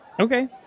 Okay